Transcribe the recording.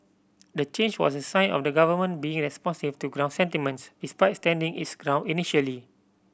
the change was a sign of the government being responsive to ground sentiments despite standing its ground initially